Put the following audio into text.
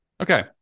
Okay